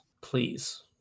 Please